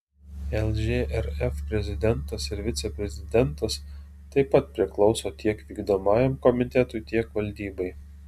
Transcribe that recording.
lžrf prezidentas ir viceprezidentas taip pat priklauso tiek vykdomajam komitetui tiek valdybai